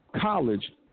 college